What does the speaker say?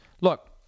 look